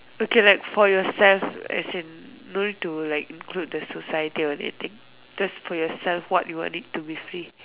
okay like for yourself as in don't need to like include the society or anything just for yourself what you want it to be free